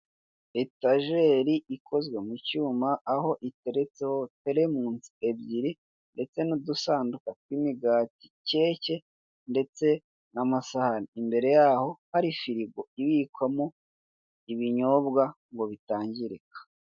Etageri ikozwe mu cyuma faho iteretseho terimusi ebyiri ndetse n'udusanduku tw'imigati keke ndetse n'amasahani imbere yaho hari firigo ibikwamo ibinyobwa ngo bitangirika.